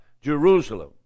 Jerusalem